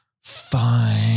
fine